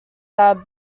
are